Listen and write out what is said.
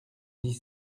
dix